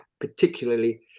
particularly